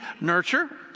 nurture